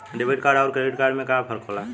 Debit card अउर credit card में का फर्क होला?